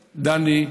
דני,